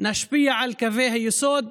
נשפיע על קווי היסוד,